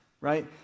right